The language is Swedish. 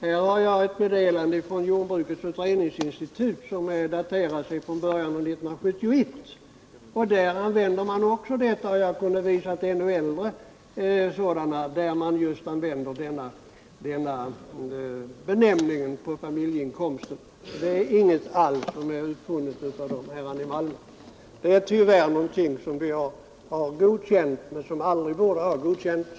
Här har jag ett meddelande från Jordbrukets utredningsinstitut som är daterat i början av 1971. Där använder man också denna benämning på familjeinkomsten, och jag kunde visa ännu äldre sådana meddelanden där man även gör det. Det är inte alls någonting som är uppfunnet i Malmö. Det är tyvärr någonting som vi har godkänt men som aldrig borde ha godkänts.